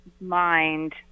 mind